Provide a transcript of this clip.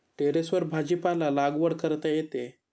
टेरेसवर भाजीपाला लागवड करता येते